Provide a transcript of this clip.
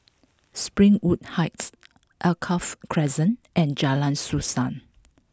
Springwood Heights Alkaff Crescent and Jalan Suasa